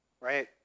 right